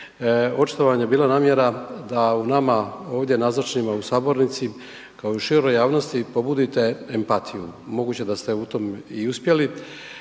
očito vam je bila namjera da u nama ovdje nazočnima u sabornici kao i široj javnosti pobudite empatiju, moguće da ste u tom i uspjeli